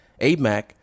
AMAC